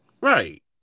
Right